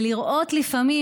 ולראות לפעמים,